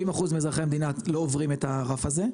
70% מאזרחי המדינה לא עוברים את הרף הזה.